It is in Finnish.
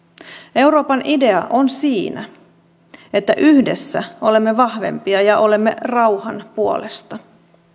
euroopan idea on siinä että yhdessä olemme vahvempia ja olemme rauhan puolesta